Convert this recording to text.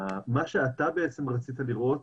מה שאתה בעצם רצית לראות,